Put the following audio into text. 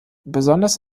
besonders